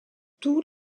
tous